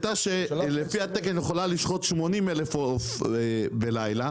משחטה שלפי התקן יכולה לשחוט 80,000 עוף בלילה,